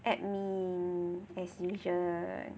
admin as usual